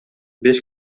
беш